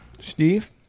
Steve